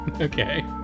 okay